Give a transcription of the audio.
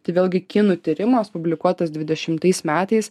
tai vėlgi kinų tyrimas publikuotas dvidešimtais metais